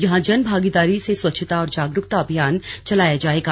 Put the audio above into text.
जहां जन भागीदारी से स्वच्छता और जागरुकता अभियान चलाया जाएगा